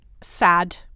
sad